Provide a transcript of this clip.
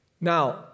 Now